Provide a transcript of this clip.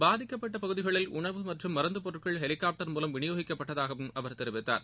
பாதிக்கப்பட்டபகுதிகளில் உணவு மற்றும் மருந்துபொருட்கள் ஹெலிகாபடர் மூலம் வினியோகிக்கப்பட்டதாகவும் அவர் தெரிவித்தார்